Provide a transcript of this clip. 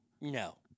No